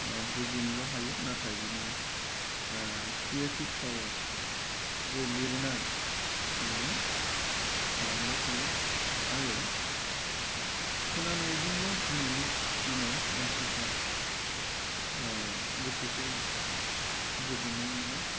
ओ बुजिनोल' हायो नाथाय बिनि ओ क्रियेटिभ पावार जे लिरनाय बेयो थालांबाय थायो आरो खोनानायजोंल' दिनैनि दिनाव मानसिफ्रा ओ गोसोखौ गोजोननाय मोना